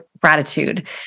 gratitude